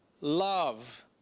love